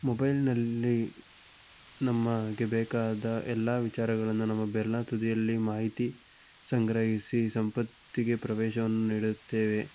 ಮೊಬೈಲ್ನಲ್ಲಿ ನಮಗೆ ಬೇಕಾದ ಎಲ್ಲ ವಿಚಾರಗಳನ್ನು ನಮ್ಮ ಬೆರಳ ತುದಿಯಲ್ಲಿ ಮಾಹಿತಿ ಸಂಗ್ರಹಿಸಿ ಸಂಪತ್ತಿಗೆ ಪ್ರವೇಶವನ್ನು ನೀಡುತ್ತೇವೆ